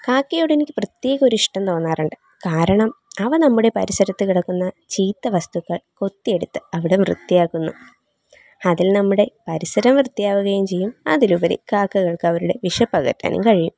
കാക്കയോടെനിക്ക് പ്രത്യേക ഒരിഷ്ടം തോന്നാറുണ്ട് കാരണം അവ നമ്മുടെ പരിസരത്തു കിടക്കുന്ന ചീത്ത വസ്തുക്കൾ കൊത്തിയെടുത്ത് അവിടം വൃത്തിയാക്കുന്നു അതിൽ നമ്മുടെ പരിസരം വൃത്തിയാവുകയും ചെയ്യും അതിലുപരി കാക്കകൾക്കവരുടെ വിശപ്പകറ്റാനും കഴിയും